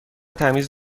تمیز